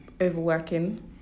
overworking